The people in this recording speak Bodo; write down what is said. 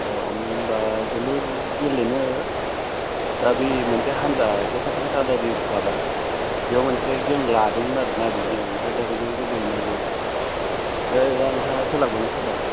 अ होनबा जोलुर गेलेनो दा बे मोनसे हानजा बे फाथाखाथानि ख्लाबा बेयाव मोनसे गेम लादोंमोन आरोना बेजों ओमफ्राय दा बेजों गेले हैनांगौ ओमफ्राय दा नोंथाङा सोलाबगोन ना सोलाबा